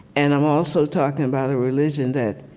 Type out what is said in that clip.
and i'm also talking about a religion that